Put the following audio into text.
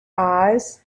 eyes